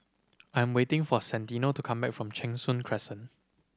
I am waiting for Santino to come back from Cheng Soon Crescent